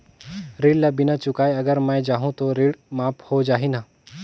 ऋण ला बिना चुकाय अगर मै जाहूं तो ऋण माफ हो जाही न?